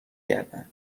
گردن